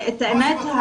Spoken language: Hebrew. את האמת,